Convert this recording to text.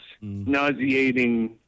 nauseating